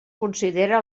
considera